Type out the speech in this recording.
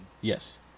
Yes